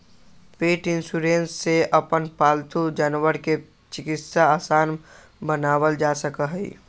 पेट insurance से अपन पालतू जानवर के चिकित्सा आसान बनावल जा सका हई